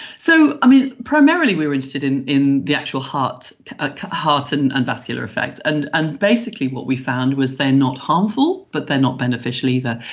so primarily we were interested in the the actual heart ah heart and and vascular effect, and and basically what we found was they are not harmful, but they are not beneficial either.